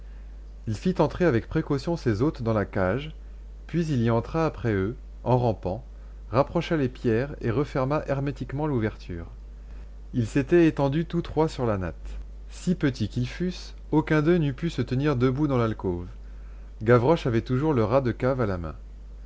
il fit entrer avec précaution ses hôtes dans la cage puis il y entra après eux en rampant rapprocha les pierres et referma hermétiquement l'ouverture ils s'étaient étendus tous trois sur la natte si petits qu'ils fussent aucun d'eux n'eût pu se tenir debout dans l'alcôve gavroche avait toujours le rat de cave à sa main